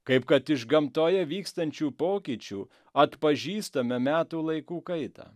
kaip kad iš gamtoje vykstančių pokyčių atpažįstame metų laikų kaitą